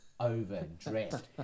Overdressed